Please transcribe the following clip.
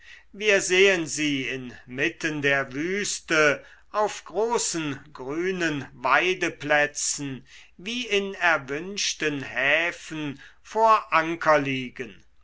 wir sehen sie inmitten der wüste auf großen grünen weideplätzen wie in erwünschten häfen vor anker liegen